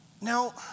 Now